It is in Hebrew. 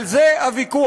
על זה הוויכוח.